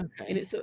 Okay